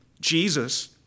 Jesus